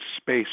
space